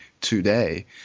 today